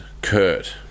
Kurt